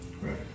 Right